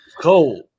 cold